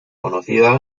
conocida